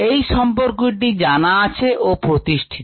এই সম্পর্কটি জানা আছে ও প্রতিস্ঠীত